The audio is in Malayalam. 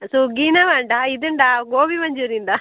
സുഖിയൻ വേണ്ട ഇതുണ്ടോ ഗോബി മഞ്ചൂരി ഉണ്ടോ